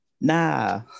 Nah